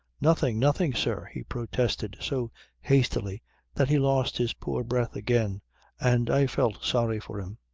nothing! nothing, sir, he protested so hastily that he lost his poor breath again and i felt sorry for him.